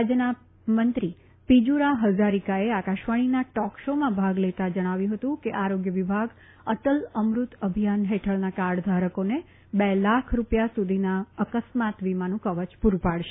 રાજ્યના મંત્રી પિજુરા હઝારીકાએ આકાશવાણીના ટોક શો માં ભાગ લેતા જણાવ્યું હતું કે આરોગ્ય વિભાગ અટલ અમૃત અભિયાન હેઠળના કાર્ડ ધારકોને બેલાખ રૂપિયા સુધીના અકસ્માત વીમાનું કવચ પુરુ પાડશે